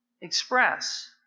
express